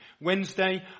Wednesday